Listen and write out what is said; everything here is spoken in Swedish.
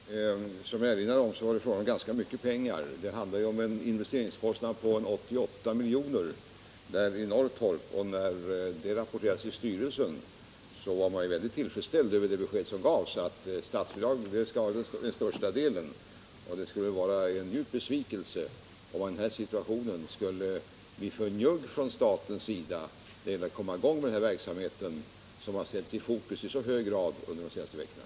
Herr talman! Som jag erinrade om var det fråga om ganska mycket pengar. Det rörde sig ju om en investeringskostnad på 88 milj.kr. i Norrtorp, och styrelsen var mycket tillfredsställd över beskedet att största delen skulle täckas genom statsbidrag. Man skulle bli djupt besviken, om staten i den här situationen skulle vara njugg. Det gäller att komma i gång med den här verksamheten som ställts i fokus i så hög grad under de senaste veckorna.